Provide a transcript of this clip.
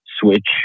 switch